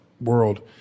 world